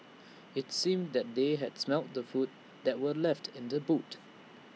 IT seemed that they had smelt the food that were left in the boot